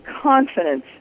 confidence